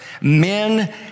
men